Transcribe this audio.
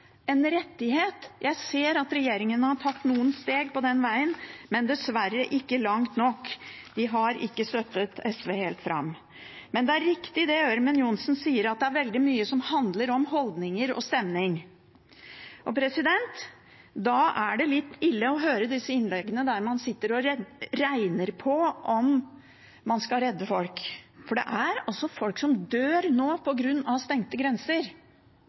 en rettighet. Jeg ser at regjeringen har tatt noen steg på den veien, men dessverre ikke langt nok; de har ikke støttet SV helt fram. Men det er riktig det Ørmen Johnsen sier, om at det er veldig mye som handler om holdninger og stemning. Da er det litt ille å høre disse innleggene der man sitter og regner på om man skal redde folk. For det er altså folk som dør nå på grunn av stengte grenser.